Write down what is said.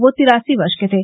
वह तिरासी वर्ष के थे